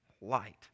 light